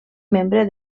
membre